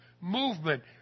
movement